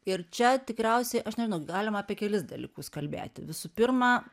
ir čia tikriausiai aš nežinau galima apie kelis dalykus kalbėti visų pirma